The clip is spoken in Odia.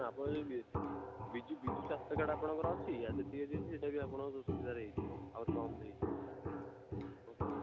ଆପଣ ଯଦି ବି ବିଜୁ ବିଜୁସ୍ୱାସ୍ଥ୍ୟ କାର୍ଡ଼୍ ଆପଣଙ୍କର ଅଛି ଆଉ ସେତିକି ଯଦି ଅଛି ସେଇଟା ବି ଆପଣଙ୍କର ସୁବିଧାରେ ହୋଇଯିବ ଆହୁରି କମ୍ରେ ହୋଇଯିବ ଓ ହୋ